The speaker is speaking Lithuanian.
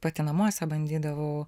pati namuose bandydavau